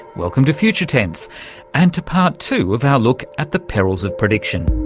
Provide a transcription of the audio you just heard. welcome to future tense and to part two of our look at the perils of prediction.